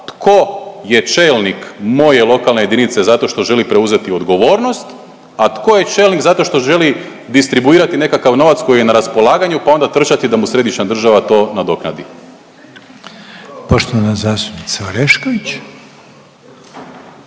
tko je čelnik moje lokalne jedinice zašto što želi preuzeti odgovornost, a tko je čelnik zato što želi distribuirati nekakav novac koji je na raspolaganju pa onda trčati da mu središnja država to nadoknadi. **Reiner, Željko